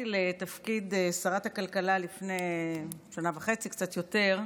וחצי, קצת יותר,